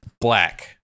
black